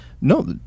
no